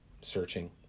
searching